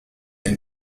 and